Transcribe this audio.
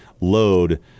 load –